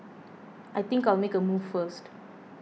I think I'll make a move first